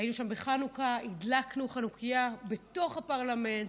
היינו שם בחנוכה, הדלקנו חנוכייה בתוך הפרלמנט,